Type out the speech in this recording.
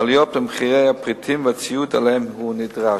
והעליות במחירי הפריטים והציוד שלהם הוא נדרש.